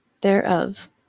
thereof